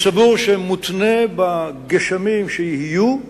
אני סבור שמותנה בגשמים שיהיו,